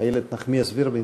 איילת נחמיאס ורבין.